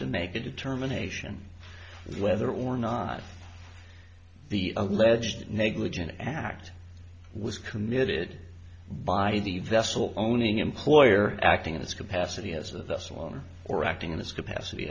to make a determination whether or not the alleged negligent act was committed by the vessel owning employer acting in its capacity as a vessel on or acting in this capacity